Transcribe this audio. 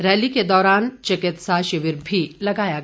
rally के दौरान चिकित्सा शिविर भी लगाया गया